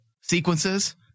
sequences